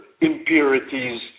impurities